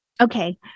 Okay